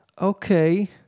Okay